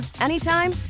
anytime